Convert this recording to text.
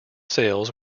sales